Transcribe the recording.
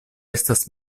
estas